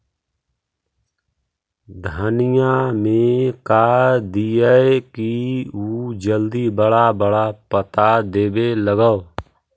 धनिया में का दियै कि उ जल्दी बड़ा बड़ा पता देवे लगै?